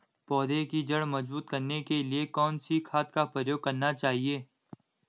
पौधें की जड़ मजबूत करने के लिए कौन सी खाद का प्रयोग करना चाहिए?